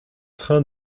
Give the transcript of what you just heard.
train